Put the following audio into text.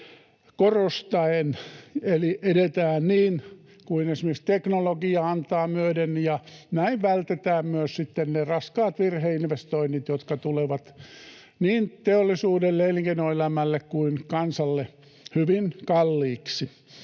korostaen. Eli edetään niin kuin esimerkiksi teknologia antaa myöden, ja näin vältetään myös sitten ne raskaat virheinvestoinnit, jotka tulevat niin teollisuudelle, elinkeinoelämälle kuin kansalle hyvin kalliiksi.